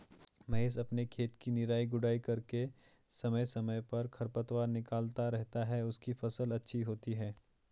महेश अपने खेत की निराई गुड़ाई करके समय समय पर खरपतवार निकलता रहता है उसकी फसल अच्छी होती है